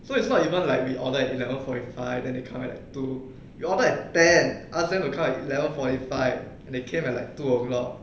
so it's not even like we order at eleven forty five then they come at two we order at ten ask them to come at eleven forty five and they came like two o'clock